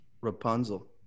Rapunzel